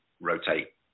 rotate